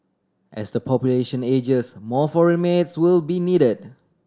as the population ages more foreign maids will be needed